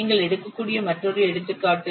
நீங்கள் எடுக்கக்கூடிய மற்றொரு எடுத்துக்காட்டு